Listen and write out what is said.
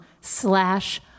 slash